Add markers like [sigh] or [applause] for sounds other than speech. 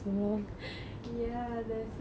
[laughs] ya that's why